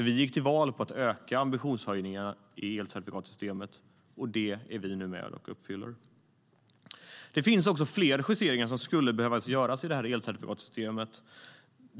Vi gick till val på att öka ambitionshöjningarna i elcertifikatssystemet, och det är vi nu med och uppfyller. Det finns också fler justeringar som skulle behöva göras i elcertifikatssystemet.